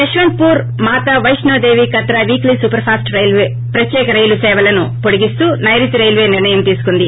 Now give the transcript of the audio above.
Yesvantpur Mata Vaishnodevi Katra weekly superfast ప్రత్యేక రైలు సేవలను పొడిగేస్తూ సైరుతి రైల్వే నిర్లయం తీసుకుంది